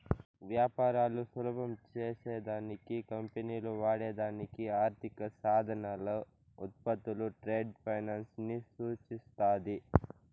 వ్యాపారాలు సులభం చేసే దానికి కంపెనీలు వాడే దానికి ఆర్థిక సాధనాలు, ఉత్పత్తులు ట్రేడ్ ఫైనాన్స్ ని సూచిస్తాది